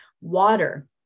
water